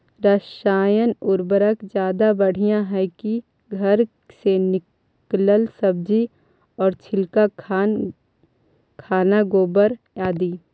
रासायन उर्वरक ज्यादा बढ़िया हैं कि घर से निकलल सब्जी के छिलका, खाना, गोबर, आदि?